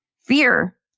fear